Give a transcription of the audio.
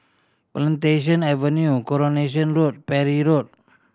Plantation Avenue Coronation Road Parry Road